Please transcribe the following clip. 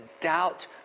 doubt